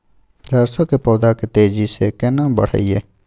सरसो के पौधा के तेजी से केना बढईये?